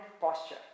posture